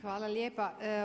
Hvala lijepo.